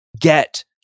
get